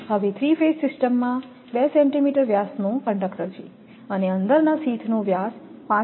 હવે3 phase સિસ્ટમમાં 2 centimetre વ્યાસનો conductor છે અને અંદરના શીથ નો વ્યાસ 5